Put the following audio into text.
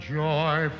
joy